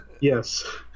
Yes